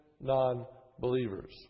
non-believers